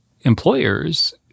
employers